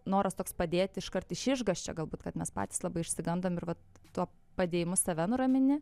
noras toks padėti iškart iš išgąsčio galbūt kad mes patys labai išsigandom ir vat tuo padėjimu save nuramini